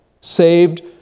Saved